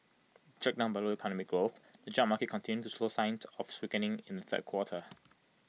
dragged down by low economic growth the job market continued to show signs of weakening in the third quarter